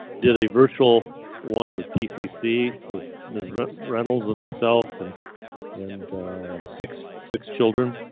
did a virtual one with dcc with miss reynolds and myself and and six six children.